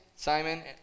Simon